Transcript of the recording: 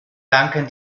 danken